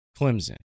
Clemson